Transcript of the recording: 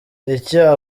icyo